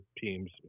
teams